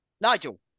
Nigel